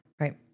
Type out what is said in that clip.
Right